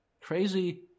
Crazy